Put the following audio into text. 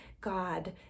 God